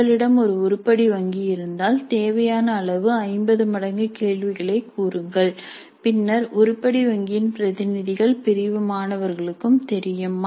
எங்களிடம் ஒரு உருப்படி வங்கி இருந்தால் தேவையான அளவு 50 மடங்கு கேள்விகளைக் கூறுங்கள் பின்னர் உருப்படி வங்கியின் பிரதிநிதிகள் பிரிவு மாணவர்களுக்கும் தெரியும்